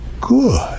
good